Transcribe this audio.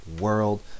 world